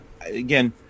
again